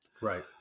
Right